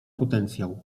potencjał